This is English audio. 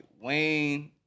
Wayne